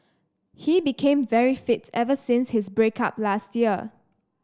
he became very fit ever since his break up last year